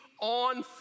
on